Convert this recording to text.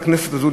בכנסת הזאת,